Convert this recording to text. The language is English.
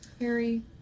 Harry